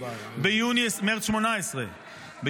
במרץ 2018,